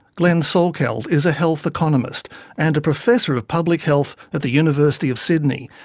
glenn salkeld is a health economist and a professor of public health at the university of sydney.